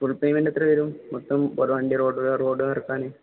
full payment എത്ര വരുംൊത്തും പറ വണ്ട റോഡ് റോഡ് വറക്കാന്